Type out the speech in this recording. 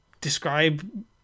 describe